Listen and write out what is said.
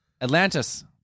atlantis